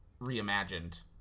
reimagined